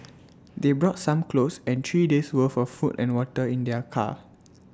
they brought some clothes and three days' worth of food and water in their car